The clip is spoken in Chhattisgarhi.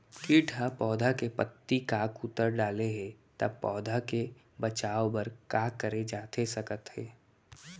किट ह पौधा के पत्ती का कुतर डाले हे ता पौधा के बचाओ बर का करे जाथे सकत हे?